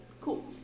Cool